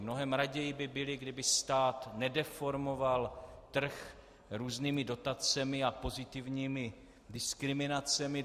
Mnohem raději by byli, kdyby stát nedeformoval trh různými dotacemi a pozitivními diskriminacemi.